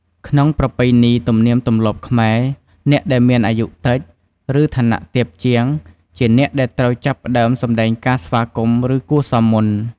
ក្នុងប្រពៃណី ទំនៀមទម្លាប់ខ្មែរ អ្នកដែលមានអាយុតិច ឬឋានៈទាបជាង ជាអ្នកដែលត្រូវចាប់ផ្ដើមសម្ដែងការស្វាគមន៍ ឬគួរសមមុន។